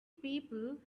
people